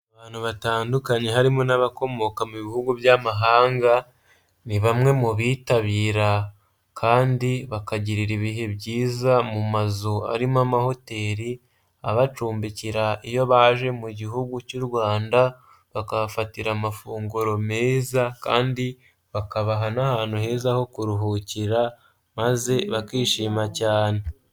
Abantu batandukanye harimo n'abakomoka mu bihugu by'amahanga, ni bamwe mu bitabira kandi bakagirira ibihe byiza mu mazu arimo amahoteli abacumbikira iyo baje mu gihugu cy'u rwanda, bakahafatira amafunguro meza kandi bakabaha n'ahantu heza ho kuruhukira, maze bakishima cyane.